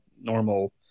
normal